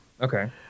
Okay